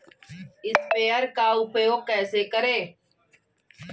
Sprayer का उपयोग कैसे करें?